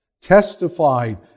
testified